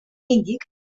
índic